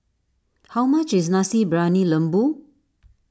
how much is Nasi Briyani Lembu